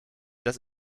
das